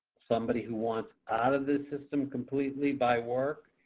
somebody who wants out of the system completely by work,